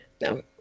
No